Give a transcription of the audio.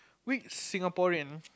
which Singaporean